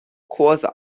kurse